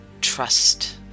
trust